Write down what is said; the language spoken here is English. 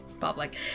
public